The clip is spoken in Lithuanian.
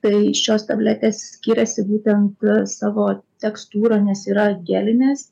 tai šios tabletės skiriasi būtent savo tekstūra nes yra gelinės